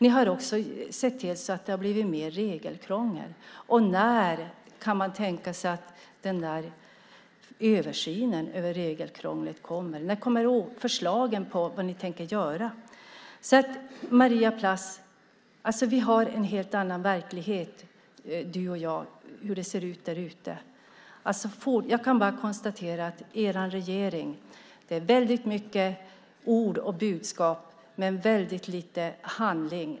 Ni har också sett till så att det har blivit mer regelkrångel. När kan man tänka sig att översynen av regelkrånglet kommer? När kommer förslagen på vad ni tänker göra? Vi har en helt annan verklighetsuppfattning du och jag, Maria Plass. Jag kan bara konstatera att er regering kommer med väldigt många ord och budskap men väldigt lite handling.